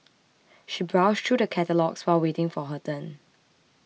she browsed through the catalogues while waiting for her turn